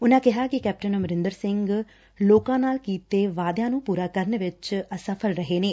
ਉਨਾਂ ਕਿਹਾ ਕਿ ਕੈਪਟਨ ਅਮਰਿੰਦਰ ਸਿੰਘ ਲੋਕਾ ਨਾਲ ਕੀਤੇ ਵਾਅਦਿਆਂ ਨੂੰ ਪੁਰਾ ਕਰਨ ਵਿਚ ਅਸਫਲ ਰਹੇ ਨੇ